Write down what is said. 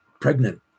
pregnant